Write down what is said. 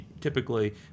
typically